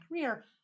career